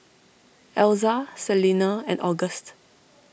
Elza Selena and August